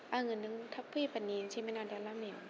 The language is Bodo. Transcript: आङो नों थाब फैयोबा नेयोसैमोन आदा लामायाव